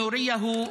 תרגומם:)